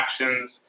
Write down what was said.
actions